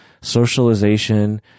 socialization